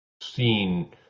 seen